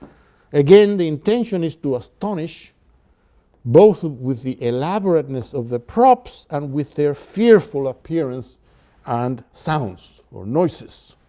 again, the intention is to astonish both with the elaborateness of the props, and with their fearful appearance and sounds or noises.